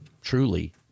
truly